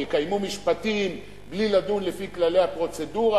יקיימו משפטים בלי לדון לפי כללי הפרוצדורה,